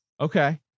Okay